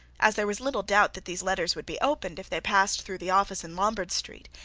as there was little doubt that these letters would be opened if they passed through the office in lombard street,